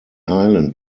island